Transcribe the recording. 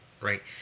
right